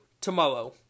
tomorrow